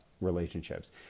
relationships